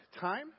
time